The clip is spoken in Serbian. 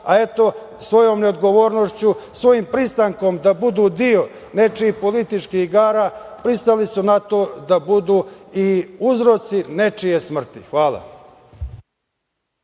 Eto, svojom neodgovornošću, svojim pristankom da budu deo nečijih politički igara pristali su na to da budu i uzroci nečije smrti. Hvala.